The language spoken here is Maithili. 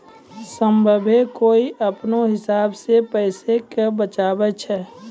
सभ्भे कोय अपनो हिसाब से पैसा के बचाबै छै